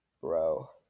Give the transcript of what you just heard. bro